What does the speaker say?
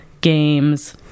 games